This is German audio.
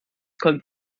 kommt